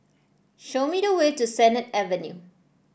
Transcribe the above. show me the way to Sennett Avenue